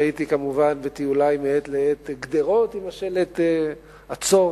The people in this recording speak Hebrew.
ראיתי כמובן בטיולי מעת לעת גדרות עם השלט "עצור,